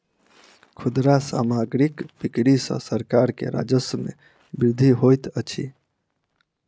खुदरा सामग्रीक बिक्री सॅ सरकार के राजस्व मे वृद्धि होइत अछि